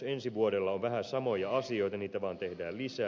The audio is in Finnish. ensi vuodelle on vähän samoja asioita niitä vaan tehdään lisää